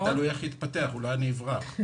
תלוי איך יתפתח, אולי אני עוד אברח.